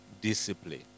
discipline